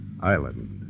Island